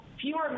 fewer